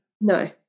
no